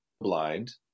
Blind